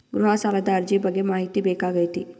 ಗೃಹ ಸಾಲದ ಅರ್ಜಿ ಬಗ್ಗೆ ಮಾಹಿತಿ ಬೇಕಾಗೈತಿ?